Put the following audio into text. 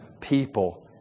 people